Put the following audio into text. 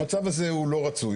המצב הזה הוא לא רצוי.